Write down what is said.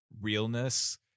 realness